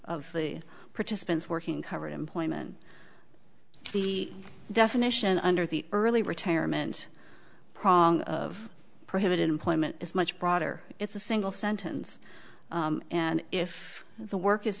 of the participants working in covered employment the definition under the early retirement prong of prohibited employment is much broader it's a single sentence and if the work is